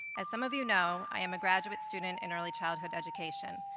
as some of you know, i am a graduate student in early childhood education,